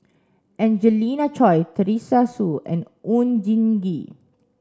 Angelina Choy Teresa Hsu and Oon Jin Gee